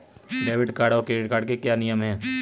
Debit card और credit card के क्या क्या नियम हैं?